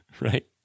Right